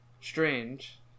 strange